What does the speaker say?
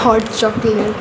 hot chocolate